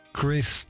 Chris